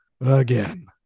again